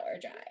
drive